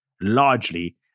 largely